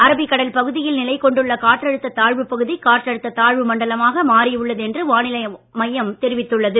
Arabic கடல் பகுதியில் நிலைக் கொண்டுள்ள காற்றழுத்த தாழ்வு பகுதி காற்றழுத்த தாழ்வு மண்டலமாக மாறி உள்ளது என்று வானிலை மையம் தெரிவித்துள்ளது